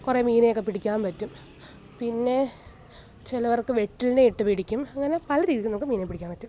കുറേ മീനിനെയൊക്കെ പിടിക്കാൻ പറ്റും പിന്നെ ചിലർക്ക് വെട്ടിലിനെ ഇട്ട് പിടിക്കും അങ്ങനെ പല രീതിയിൽ നമുക്ക് മീനിനെ പിടിക്കാൻ പറ്റും